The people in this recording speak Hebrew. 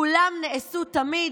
כולם נעשו תמיד,